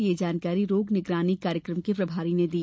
यह जानकारी रोग निगरानी कार्यकम के प्रभारी ने दी